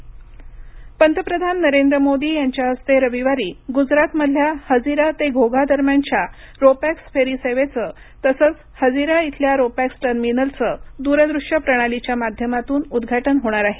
ro-pax पंतप्रधान नरेंद्र मोदी यांच्या हस्ते रविवारी गुजरातमधल्या हझिरा ते घोघा दरम्यानच्या रोपॅक्स फेरी सेवेचं तसंच हाझिरा इथल्या रोपॅक्स टर्मिनलचं दूरदृश्य प्रणालीच्या माध्यमातून उद्घाटन होणार आहे